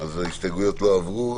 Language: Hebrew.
ההסתייגות לא עברה.